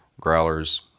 Growlers